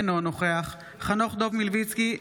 אינו נוכח חנוך דב מלביצקי,